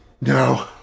no